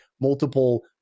multiple